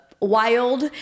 wild